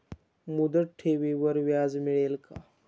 मुदत ठेवीवर व्याज मिळेल का?